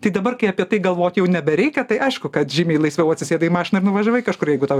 tai dabar kai apie tai galvot jau nebereikia tai aišku kad žymiai laisviau atsisėdai į mašiną ir nuvažiavai kažkur jeigu tau